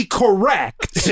correct